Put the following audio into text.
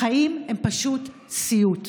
החיים הם פשוט סיוט.